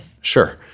Sure